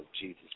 Jesus